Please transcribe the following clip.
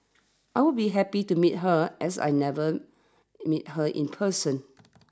I will be happy to meet her as I've never meet her in person